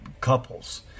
couples